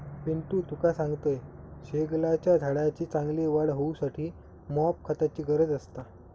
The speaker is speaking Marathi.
पिंटू तुका सांगतंय, शेगलाच्या झाडाची चांगली वाढ होऊसाठी मॉप खताची गरज असता